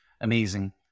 Amazing